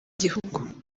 gihugu